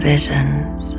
visions